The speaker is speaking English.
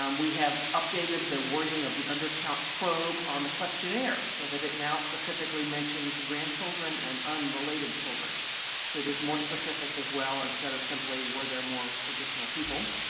um we have updated the wording of the undercount probe on the questionnaire so it now specifically mentions grandchildren and unrelated children. so it is more specific as well instead of simply were there more additional people.